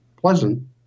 pleasant